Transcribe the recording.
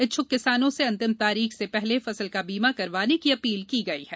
इच्छुक किसानों से अंतिम तारीख से पहले फसल का बीमा करवाने की अपील की गई है